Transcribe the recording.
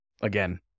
again